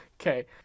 Okay